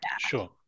sure